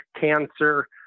cancer